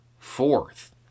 Fourth